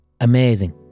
amazing